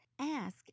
Ask